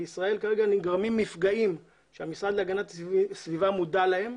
בישראל נגרמים מפגעים שהמשרד להגנת הסביבה מודע להם.